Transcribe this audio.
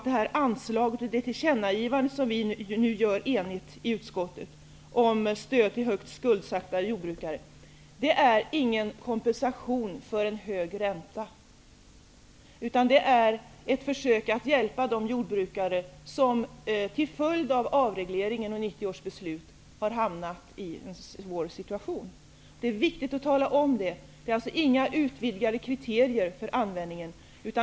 Det tillkännagivande som utskottet enigt gör om stöd till högt skuldsatta jordbrukare är ingen kompensation för en hög ränta. Det är ett försök att hjälpa de jordbrukare som till följd av avregleringen och 1990 års beslut har hamnat i en svår situation. Det är viktigt att tala om det. Det är alltså ingen utvidgning av kriterierna.